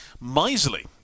miserly